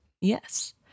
Yes